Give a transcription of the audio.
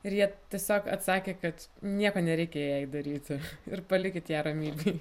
ir jie tiesiog atsakė kad nieko nereikia jai daryti ir palikit ją ramybėj